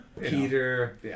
Peter